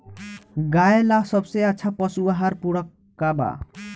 गाय ला सबसे अच्छा पशु आहार पूरक का बा?